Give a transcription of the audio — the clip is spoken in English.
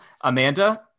Amanda